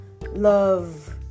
love